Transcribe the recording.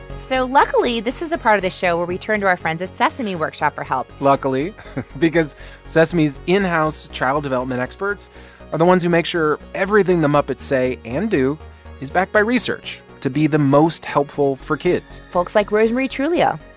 so luckily, this is the part of the show where we turn to our friends at sesame workshop for help luckily because sesame's in-house child development experts are the ones who make sure everything the muppets say and do is backed by research to be the most helpful for kids folks like rosemarie truglio.